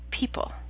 people